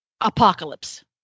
apocalypse